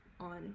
on